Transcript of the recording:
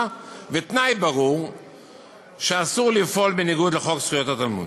ותנאי ברור שאסור לפעול בניגוד לחוק זכויות התלמיד.